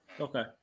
Okay